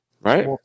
right